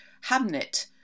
Hamnet